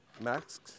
max